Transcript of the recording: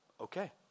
okay